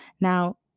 Now